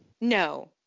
No